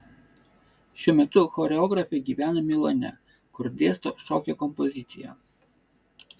šiuo metu choreografė gyvena milane kur dėsto šokio kompoziciją